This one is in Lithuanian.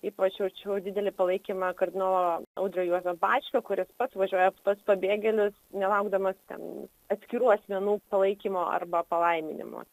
ypač jaučiu didelį palaikymą kardinolo audrio juozo bačkio kuris pats važiuoja pas tuos pabėgėlius nelaukdamas ten atskirų asmenų palaikymo arba palaiminimo